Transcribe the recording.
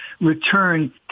return